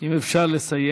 אם אפשר, לסיים.